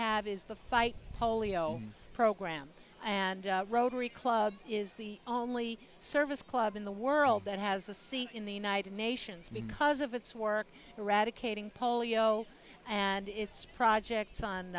have is the fight polio program and rotary club is the only service club in the world that has a seat in the united nations because of its work eradicating polio and its projects on